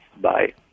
Bye